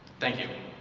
thank you.